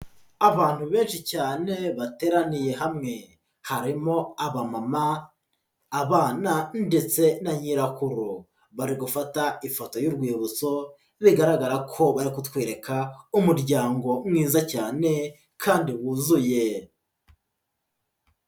Abantu benshi cyane bateraniye hamwe, harimo abamama, abana, ndetse na nyirakuru, bari gufata ifoto y'urwibutso bigaragara ko bari kutwereka nk'umuryango mwiza cyane kandi wuzuye.